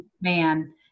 man